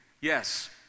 yes